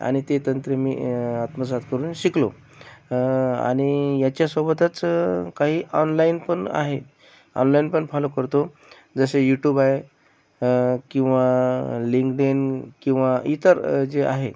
आणि ते तंत्र मी आत्मसात करून शिकलो आणि याच्यासोबतच काही ऑनलाईन पण आहेत ऑनलाईन पण फॉलो करतो जसे युट्युब आहे किंवा लिंक्डइन किंवा इतर जे आहे